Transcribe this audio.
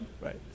right